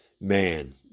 man